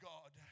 God